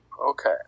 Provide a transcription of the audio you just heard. Okay